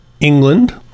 England